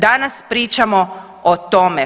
Danas pričamo o tome.